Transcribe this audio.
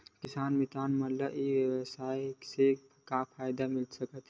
किसान मितान मन ला ई व्यवसाय से का फ़ायदा मिल सकथे?